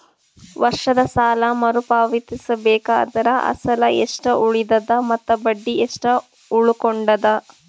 ವರ್ಷದ ಸಾಲಾ ಮರು ಪಾವತಿಸಬೇಕಾದರ ಅಸಲ ಎಷ್ಟ ಉಳದದ ಮತ್ತ ಬಡ್ಡಿ ಎಷ್ಟ ಉಳಕೊಂಡದ?